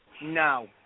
No